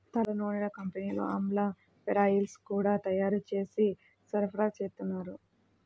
తలనూనెల కంపెనీలు ఆమ్లా హేరాయిల్స్ గూడా తయ్యారు జేసి సరఫరాచేత్తన్నారు